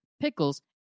pickles